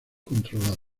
controlada